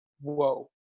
whoa